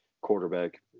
quarterback